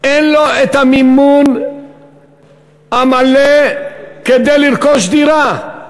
אין לו המימון המלא כדי לרכוש דירה.